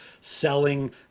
Selling